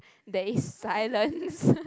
there is silence